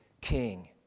king